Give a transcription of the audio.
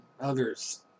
others